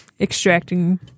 extracting